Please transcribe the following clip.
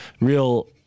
real